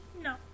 No